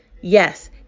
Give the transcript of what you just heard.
Yes